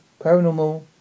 paranormal